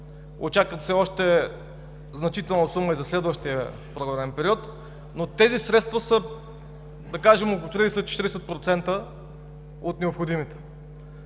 Очаква се още значителна сума и за следващия програмен период, но тези средства са, да кажем, около 30 – 40% от необходимите.